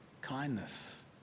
kindness